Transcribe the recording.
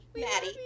Maddie